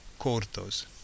Cortos